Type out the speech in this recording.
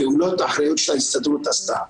הפעולות האחראיות שההסתדרות עשתה,